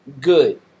good